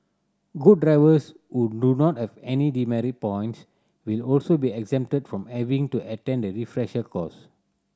good drivers who do not have any demerit points will also be exempted from having to attend the refresher course